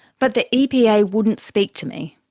but the epa wouldn't speak to me.